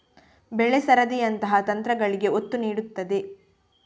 ಬೆಳೆ ಸರದಿಯಂತಹ ತಂತ್ರಗಳಿಗೆ ಒತ್ತು ನೀಡುತ್ತದೆ